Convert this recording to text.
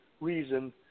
reason